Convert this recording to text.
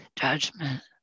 judgment